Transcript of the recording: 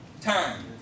time